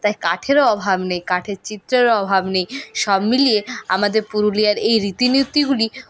তাই কাঠেরও অভাব নেই কাঠের চিত্রেরও অভাব নেই সব মিলিয়ে আমাদের পুরুলিয়ার এই রীতি নীতিগুলি